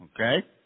Okay